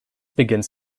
begins